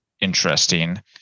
interesting